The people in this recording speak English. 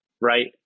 right